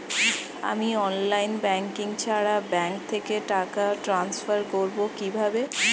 আমি online banking ছাড়া bank থেকে টাকা ট্রান্সফার করবো কিভাবে?